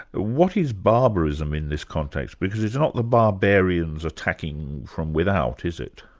ah what is barbarism in this context? because it's not the barbarians attacking from without, is it?